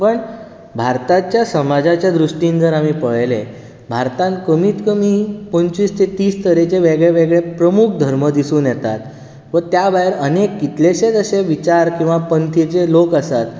गोंय भारताच्या समाजाच्या दृश्टीन जर आमी पळयलें भारतांत कमीत कमी पंचवीस ते तीस तरेचें वेगळेवेगळे प्रमुख धर्म दिसून येतात व त्या भायर अनेक कितलेशेच अशे विचार किंवा पंथीचे लोक आसात